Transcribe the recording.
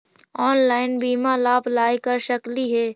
Online बीमा ला apply कर सकली हे?